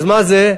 אז מה זה?